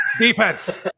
defense